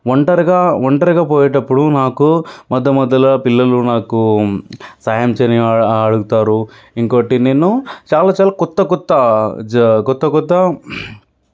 ఒంటరిగా ఒంటరిగా పోయేటప్పుడు నాకు మధ్య మధ్యలో పిల్లలు నాకు సహాయం చేయని అ అడుగుతారు ఇంకోటి నేను చాలా చాలా కొత్త కొత్త జ కొత్త కొత్త